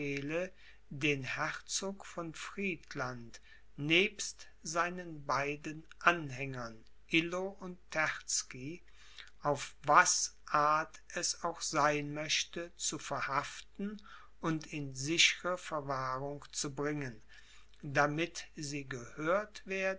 den herzog von friedland nebst seinen beiden anhängern illo und terzky auf was art es auch sein möchte zu verhaften und in sichre verwahrung zu bringen damit sie gehört werden